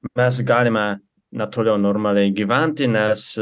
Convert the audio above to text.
mes galime na toliau normaliai gyventi nes